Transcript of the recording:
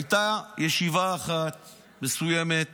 הייתה ישיבה אחת מסוימת